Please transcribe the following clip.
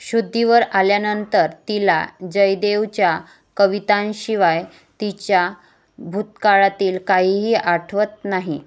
शुद्धीवर आल्यानंतर तिला जयदेवच्या कवितांशिवाय तिच्या भूतकाळातील काहीही आठवत नाही